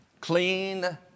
Clean